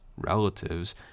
relatives